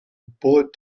bullet